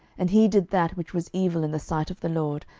and he did that which was evil in the sight of the lord,